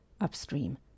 Upstream